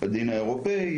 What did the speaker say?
לדין האירופי,